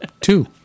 Two